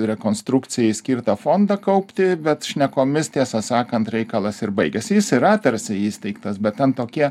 rekonstrukcijai skirtą fondą kaupti bet šnekomis tiesą sakant reikalas ir baigiasi jis yra tarsi įsteigtas bet ten tokie